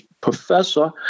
professor